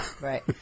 Right